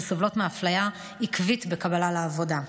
שסובלות מאפליה עקבית בקבלה לעבודה.